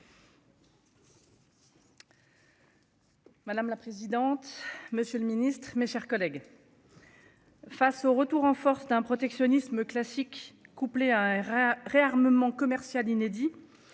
Madame la présidente. Monsieur le Ministre, mes chers collègues. Face au retour en force d'un protectionnisme classique couplé à un réarmement commercial inédit.